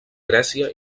grècia